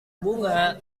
bunga